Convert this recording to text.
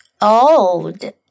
old